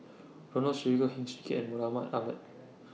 Ronald Susilo Heng Swee Keat and Mohamed Ahmed